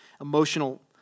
emotional